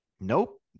Nope